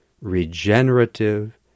regenerative